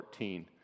14